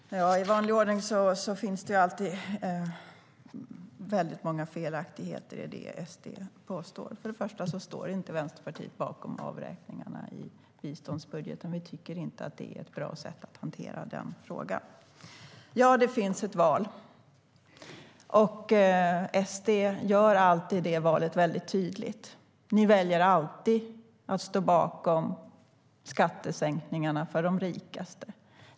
Herr talman! I vanlig ordning finns det väldigt många felaktigheter i det SD påstår. Först och främst står inte Vänsterpartiet bakom avräkningarna i biståndsbudgeten. Vi tycker inte att det är ett bra sätt att hantera den frågan. Ja, det finns ett val. SD gör alltid det valet väldigt tydligt: Ni väljer alltid att stå bakom skattesänkningarna för de rikaste.